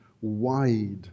wide